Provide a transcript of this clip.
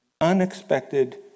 Unexpected